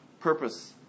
purpose